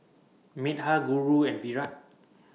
Medha Guru and Virat